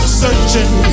searching